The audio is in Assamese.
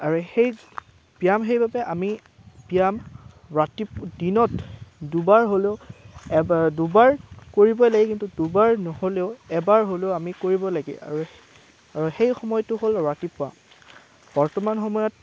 আৰু সেই ব্যায়াম সেইবাবে আমি ব্যায়াম ৰাতিপুৱা দিনত দুবাৰ হ'লেও এব দুবাৰ কৰিবই লাগে কিন্তু দুবাৰ নহ'লেও এবাৰ হ'লেও আমি কৰিব লাগে আৰু আৰু সেই সময়টো হ'ল ৰাতিপুৱা বৰ্তমান সময়ত